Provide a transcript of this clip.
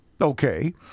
Okay